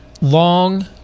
Long